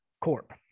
Corp